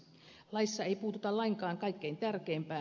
laissa ei puututa lainkaan kaikkein tärkeimpään